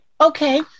Okay